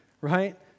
right